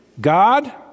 God